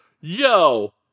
yo